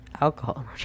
Alcohol